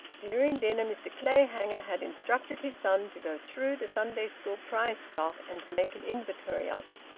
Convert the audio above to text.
during dinner mr clayhanger had instructed his son to go through the sunday school prize stock and make an in ven tory of it.